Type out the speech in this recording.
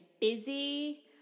busy